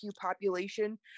population